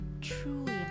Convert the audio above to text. truly